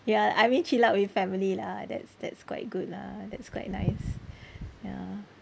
ya I mean chill out with family lah that's that's quite good lah that's quite nice ya